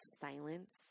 silence